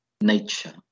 nature